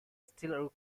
still